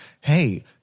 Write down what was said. hey